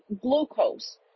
glucose